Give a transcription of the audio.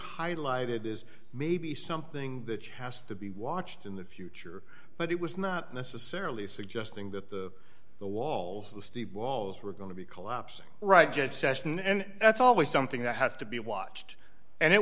highlighted is maybe something that has to be watched in the future but it was not necessarily suggesting that the the walls of the steep walls were going to be collapsing right jette session and that's always something that has to be watched and it